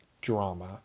drama